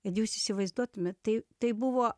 kad jūs įsivaizduotumėt tai tai buvo